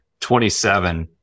27